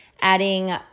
adding